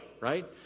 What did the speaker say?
right